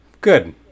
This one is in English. Good